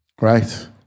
Right